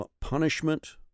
punishment